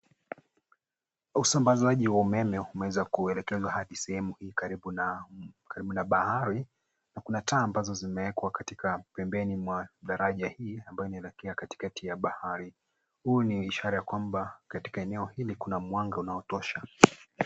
Usambazaji wa umeme umeweza kuelekezwa hadi sehemu hii karibu na bahari na kuna taa ambazo zimewekwa katika pembeni mwa daraja hii ambayo inaelekea katikati ya bahari. Huu ni ishara ya kwamba katika eneo hili kuna mwanga unaotosha.